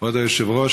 כבוד היושב-ראש,